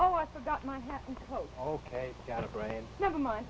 oh ok got it right never mind